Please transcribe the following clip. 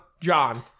John